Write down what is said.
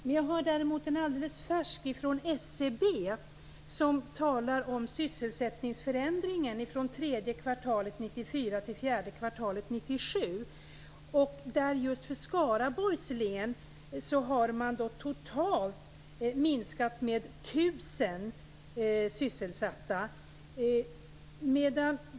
Men jag har däremot alldeles färsk statistik från SCB, som talar om sysselsättningsförändringen från tredje kvartalet 1994 till fjärde kvartalet 1997. Just för Skaraborgs län har antalet sysselsatta minskat med totalt 1 000.